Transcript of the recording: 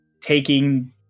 taking